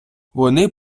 вони